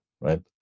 right